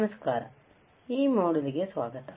ನಮಸ್ಕಾರ ಈ ಮಾಡ್ಯೂಲ್ಗೆ ಸುಸ್ವಾಗತ